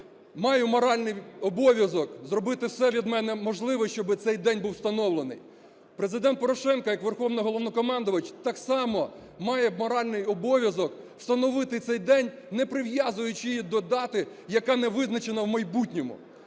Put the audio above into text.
маю моральний обов'язок зробити все від мене можливе, щоби цей день був встановлений. Президент Порошенко як Верховний Головнокомандувач так само має моральний обов'язок встановити цей день, не прив'язуючи до дати, яка не визначена в майбутньому.